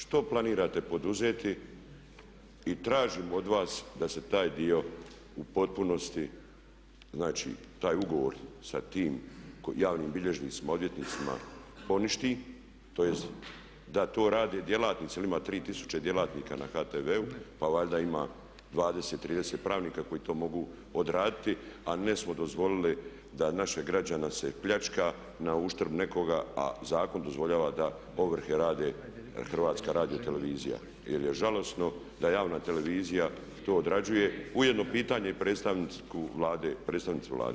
Što planirate poduzeti i tražim od vas da se taj dio u potpunosti, znači taj ugovor sa tim javnim bilježnicima, odvjetnicima poništi, tj. da to rade djelatnici jer ima 3000 djelatnika na HTV-u pa valjda ima 20, 30 pravnika koji to mogu odraditi a ne da smo dozvolili da naše građane se pljačka na uštrb nekoga a zakon dozvoljava da ovrhe HRT-a jer je žalosno da javna televizija to odrađuje, ujedno i pitanje predstavnici Vlade.